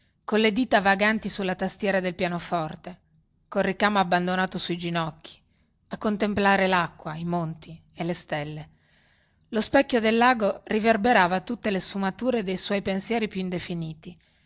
pagina colle dita vaganti sulla tastiera del pianoforte col ricamo abbandonato sui ginocchi a contemplare lacqua i monti e le stelle lo specchio del lago riverberava tutte le sfumature dei suoi pensieri più indefiniti